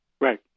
Right